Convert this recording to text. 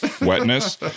wetness